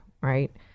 right